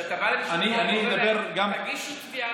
כשאתה בא למשפחות ואומר להן: תגישו תביעה,